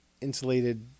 insulated